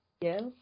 Yes